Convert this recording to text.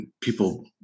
people